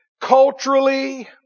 Culturally